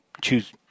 choose